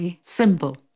Symbol